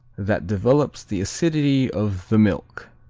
that develops the acidity of the milk.